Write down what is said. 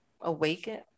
awaken